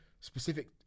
Specific